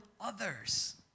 others